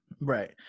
Right